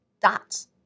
dots